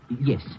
Yes